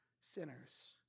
sinners